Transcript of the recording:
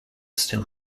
still